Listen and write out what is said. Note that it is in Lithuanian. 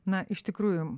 na iš tikrųjų